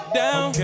down